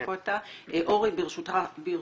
אורי, ברשותך,